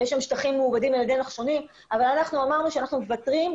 יש שם שטחים מעובדים על ידי נחשונים אבל אנחנו אמרנו שאנחנו מוותרים.